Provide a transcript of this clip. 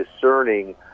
discerning